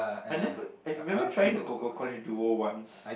I never I remember trying the CocoCrunch duo once